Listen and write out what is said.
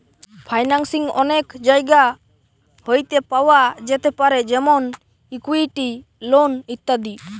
financing অনেক জায়গা হইতে পাওয়া যেতে পারে যেমন ইকুইটি, লোন ইত্যাদি